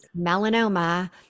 melanoma